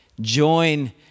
join